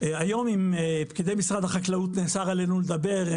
היום עם פקידי משרד החקלאות נאסר עלינו לדבר,